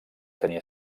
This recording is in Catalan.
tenia